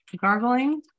gargling